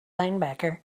linebacker